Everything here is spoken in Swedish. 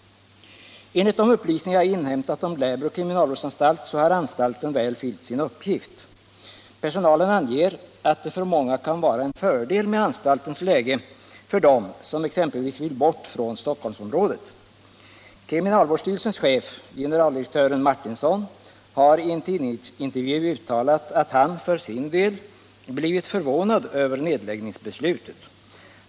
Enligt de upplysningar jag inhämtat om Lärbro kriminalvårdsanstalt har anstalten väl fyllt sin uppgift. Personalen anger att det för många kan vara en fördel med anstaltens läge — exempelvis för dem som vill bort från Stockholmsområdet. Kriminalvårdsstyrelsens chef, generaldirektören Martinsson, har i en tidningsintervju uttalat att han för sin del blivit förvånad över nedläggningsbeslutet.